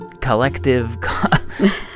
collective